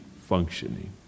functioning